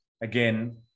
again